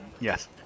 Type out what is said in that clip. Yes